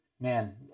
Man